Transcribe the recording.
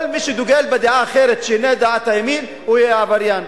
כל מי שדוגל בדעה אחרת שאינה דעת הימין יהיה עבריין.